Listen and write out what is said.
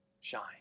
shine